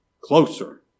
Closer